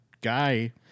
guy